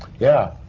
yeah.